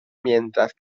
mientras